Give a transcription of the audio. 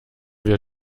wir